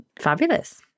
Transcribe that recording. Fabulous